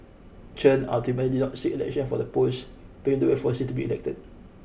Chen ultimately did not seek election for the post paving the way for Singh to be elected